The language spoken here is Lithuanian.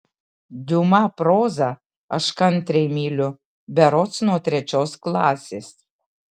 diuma prozą aš kantriai myliu berods nuo trečios klasės